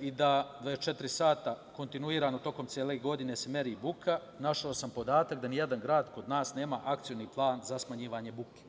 i da 24 sata kontinuirano tokom cele godine se meri buka, našao sam podatak da nijedan grad kod nas nema akcioni plan za smanjivanje buke.